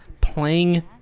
playing